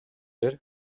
дээр